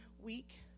week